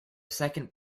second